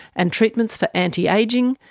and treatments for anti-ageing,